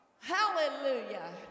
Hallelujah